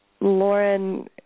Lauren